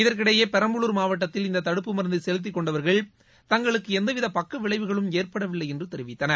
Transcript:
இதற்கிடையே பெரம்பலூர் மாவட்டத்தில் இந்த தடுப்பு மருந்தை செலுத்திக் கொண்டவர்கள் தங்களுக்கு எவ்வித பக்க விளைவுகளும் ஏற்படவில்லை என்று தெரிவித்தனர்